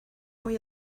muy